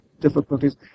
difficulties